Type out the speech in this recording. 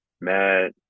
Matt